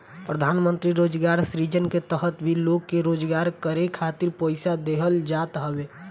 प्रधानमंत्री रोजगार सृजन के तहत भी लोग के रोजगार करे खातिर पईसा देहल जात हवे